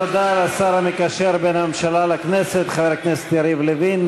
תודה לשר המקשר בין הממשלה לכנסת חבר הכנסת יריב לוין.